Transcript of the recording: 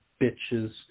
bitches